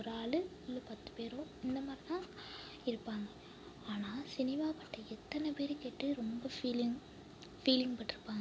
ஒரு ஆள் இல்லை பத்து பேரோ இந்த மாதிரி தான் இருப்பாங்க ஆனால் சினிமா பாட்டு எத்தனை பேர் கேட்டு ரொம்ப ஃபீலிங் ஃபீலிங் பட்டிருப்பாங்க